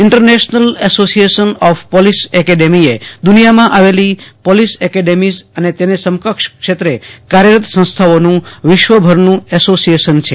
international association of police એકેડેમીએ દુનિયામાં આવેલી પોલીસ એકેડેમીઝ અને તેને સમકક્ષ ક્ષેત્રે કાર્યરત સંસ્થાઓનું વિશ્વભરનું એસોસીએશન છે